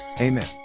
Amen